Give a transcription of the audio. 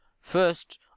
first